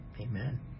Amen